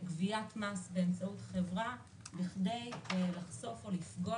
לגביית מס באמצעות חברה ממונה בכדי לחשוף או לפגוע